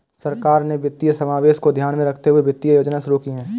सरकार ने वित्तीय समावेशन को ध्यान में रखते हुए वित्तीय योजनाएं शुरू कीं